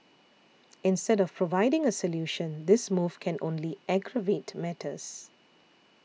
instead of providing a solution this move can only aggravate matters